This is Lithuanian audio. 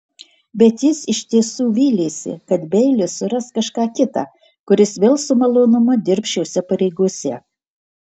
bet jis iš tiesų vylėsi kad beilis suras kažką kitą kuris vėl su malonumu dirbs šiose pareigose